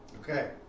Okay